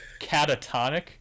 catatonic